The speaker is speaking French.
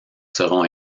seront